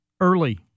early